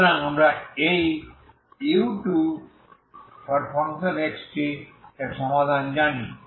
সুতরাং আমরা এই u2xtএর সমাধান জানি